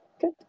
good